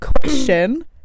question